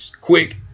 quick